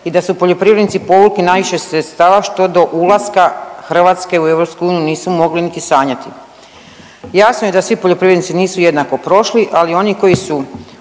i da su poljoprivrednici povukli najviše sredstava, što do ulaska Hrvatske u EU nisu mogli niti sanjati. Jasno je da svi poljoprivrednici nisu jednako prošli, ali oni koji su